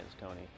Tony